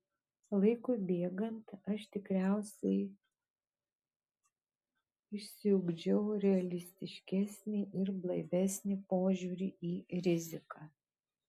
laikui bėgant aš tikriausiai išsiugdžiau realistiškesnį ir blaivesnį požiūrį į riziką